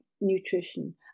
nutrition